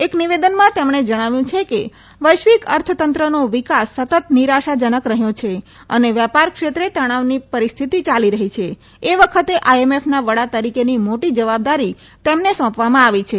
એક નિવેદનમાં તેમણે જણાવ્યું છે કે વૈશ્વિક અર્થતંત્રનો વિકાસ સતત નિરાશાજનક રહથો છે અને વેપાર ક્ષેત્રે તનાવની પરિણસ્થતિ યાલી રહી છે તે વખતે આઈએમએફના વડા તરીકેની મોટી જવાબદારી તેમને સોંપવામાં આવી છે